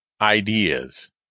ideas